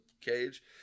cage